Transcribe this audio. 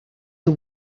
you